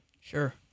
sure